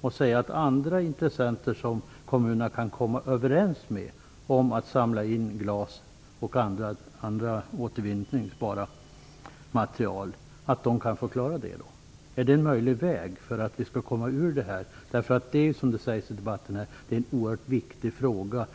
och låta andra intressenter som kommunerna kan komma överens med om att samla in glas och annat återvinningsbart material få göra det? Är det en möjlig väg? Som det sägs i debatten här är detta en oerhört viktig fråga.